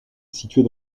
située